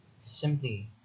simply